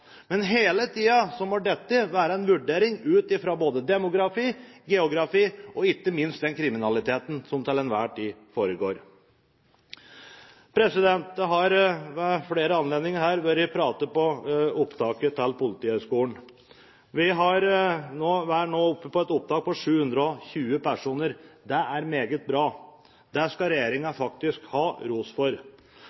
Men hele tiden må dette være en vurdering ut fra både demografi, geografi og ikke minst den kriminaliteten som til enhver tid foregår. Det har ved flere anledninger her blitt pratet om opptaket til Politihøgskolen. Vi har nå et opptak på 720 personer. Det er meget bra. Det skal